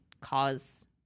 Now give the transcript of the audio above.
cause